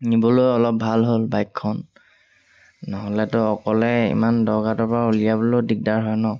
নিবলৈ অলপ ভাল হ'ল বাইকখন নহ'লেতো অকলে ইমান দ গাঁতৰপৰা উলিয়াবলৈয়ো দিগদাৰ হয় ন